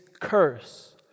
curse